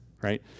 right